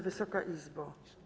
Wysoka Izbo!